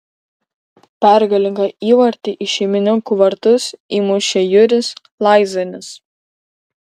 pergalingą įvartį į šeimininkų vartus įmušė juris laizanis